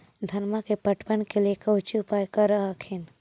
धनमा के पटबन के लिये कौची उपाय कर हखिन?